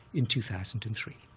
in two thousand and three.